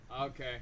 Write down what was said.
Okay